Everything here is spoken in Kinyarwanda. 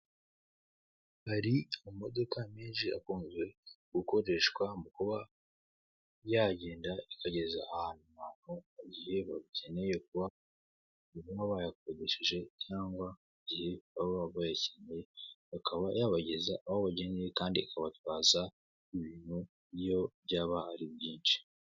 Hari amamodoka menshi akunze gukoreshwa mu kuba yagenda akageza ahantu bakeneye kuba bayakoresha, cyangwa igihe baba bayakeneye, akaba yabageza aho bakeneye kandi akabatwaza ibintu, n'iyo byaba ari byinshi.